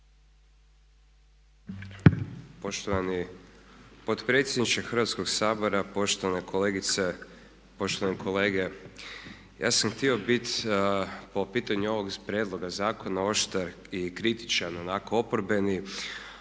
Poštovani potpredsjedniče Hrvatskog sabora, poštovane kolegice, poštovani kolege ja sam htio biti po pitanju ovog prijedloga zakona oštar i kritičan onako oporbeni,